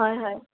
হয় হয়